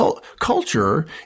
Culture